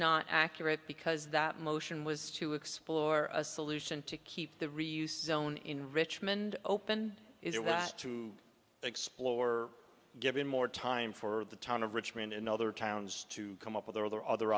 not accurate because that motion was to explore a solution to keep the reuse zone in richmond open it was to explore given more time for the town of richmond in other towns to come up with their other